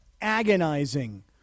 agonizing